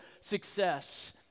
success